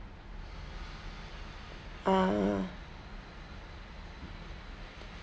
ah